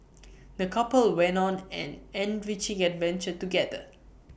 the couple went on an enriching adventure together